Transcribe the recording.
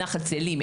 נחל צאלים,